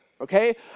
okay